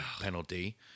penalty